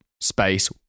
space